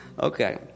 Okay